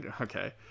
okay